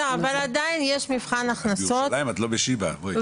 את בירושלים, את לא בשיבא, בואי.